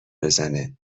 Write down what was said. بزنه